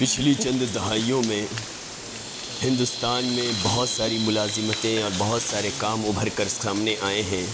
پچھلی چند دہائیوں میں ہندوستان میں بہت ساری ملازمتیں اور بہت سارے کام ابھر کر سامنے آئے ہیں